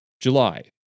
July